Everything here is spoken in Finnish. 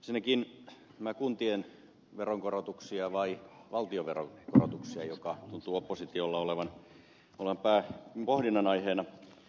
ensinnäkin kuntien veronkorotuksia vai valtion veronkorotuksia mikä tuntuu oppositiolla olevan pääpohdinnan aiheena